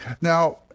Now